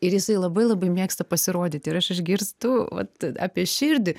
ir jisai labai labai mėgsta pasirodyti ir aš išgirstu vat apie širdį